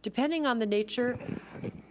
depending on the nature